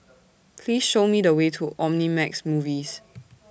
Please Show Me The Way to Omnimax Movies